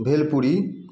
bhelpuri